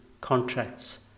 contracts